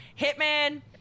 Hitman